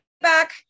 back